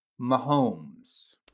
mahomes